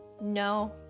No